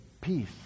peace